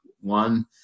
one